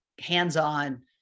hands-on